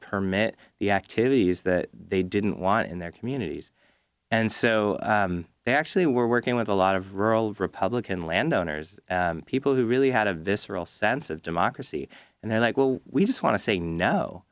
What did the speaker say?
permit the activities that they didn't want in their communities and so they actually were working with a lot of rural republican landowners people who really had a visceral sense of democracy and they're like well we just want to say no